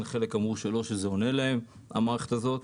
חלק אמרו שלא עונה להם המערכת הזאת.